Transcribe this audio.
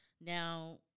Now